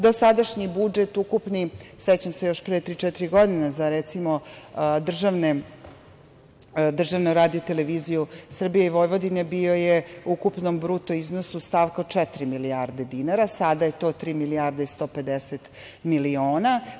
Dosadašnji budžet ukupnim, sećam se još pre tri, četiri godine za, recimo, državnu RTV Srbije i Vojvodine bio je u ukupnom bruto iznosu stavka četiri milijarde dinara, sada je to tri milijarde 150 miliona.